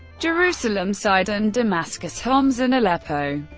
jerusalem, sidon, damascus, homs, and aleppo.